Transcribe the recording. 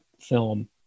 film